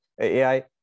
AI